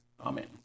amen